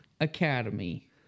Academy